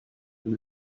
than